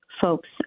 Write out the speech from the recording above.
folks